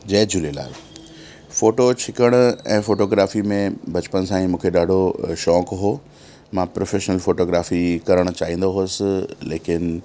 जय Jhulelal photo छिकणि ऐं photography में बचपन सां ई मूंखे ॾाढो शौंक़ु हो मां प्रोफेशनल फोटोग्राफी करण चाहींदो हुअसि लेकिन